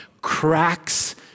cracks